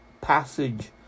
passage